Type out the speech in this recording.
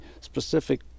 specific